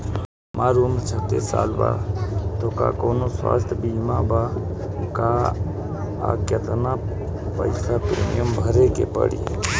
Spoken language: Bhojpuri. हमार उम्र छत्तिस साल बा त कौनों स्वास्थ्य बीमा बा का आ केतना पईसा प्रीमियम भरे के पड़ी?